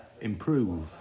improve